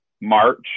March